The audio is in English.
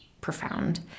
profound